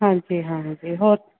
ਹਾਂਜੀ ਹਾਂਜੀ ਹੋਰ